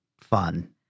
fun